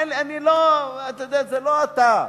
זה לא אתה,